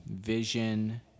vision